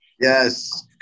Yes